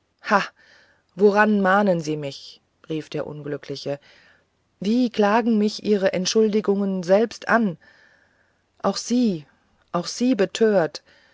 woran mahnen sie mich rief der unglückliche wie klagen mich ihre entschuldigungen selbst an auch sie auch sie betört